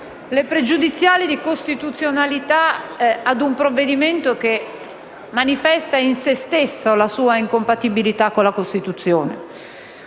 pregiudiziale di costituzionalità ad un provvedimento che manifesta in se stesso la sua incompatibilità con la Costituzione.